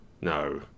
No